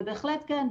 אבל בהחלט כן,